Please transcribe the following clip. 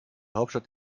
hauptstadt